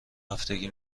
هفتگی